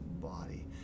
body